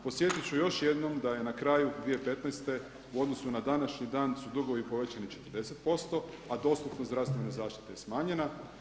Podsjetit ću još jednom da je na kraju 2015. u odnosu na današnji dan su dugovi povećani 40%, a dostupnost zdravstvene zaštite je smanjena.